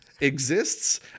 exists